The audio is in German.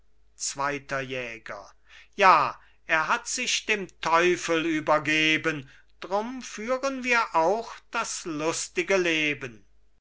zweiter jäger ja er hat sich dem teufel übergeben drum führen wir auch das lustige leben